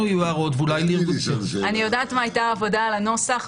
אני יודעת מה היתה ההערכה על הנוסח.